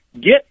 Get